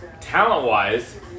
Talent-wise